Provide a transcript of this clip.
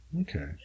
Okay